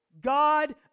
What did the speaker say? God